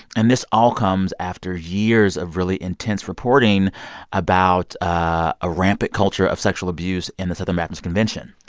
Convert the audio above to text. and this all comes after years of really intense reporting about a rampant culture of sexual abuse in the southern baptist convention.